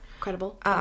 Credible